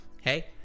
Hey